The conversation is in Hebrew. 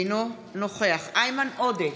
אינו נוכח איימן עודה,